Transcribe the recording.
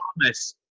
promise